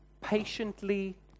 Patiently